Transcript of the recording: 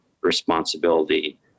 responsibility